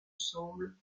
semble